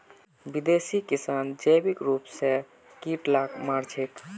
विदेशी किसान जैविक रूप स कीट लाक मार छेक